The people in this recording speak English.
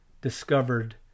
discovered